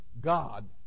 God